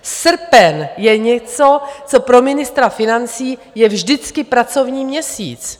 Srpen je něco, co pro ministra financí je vždycky pracovní měsíc.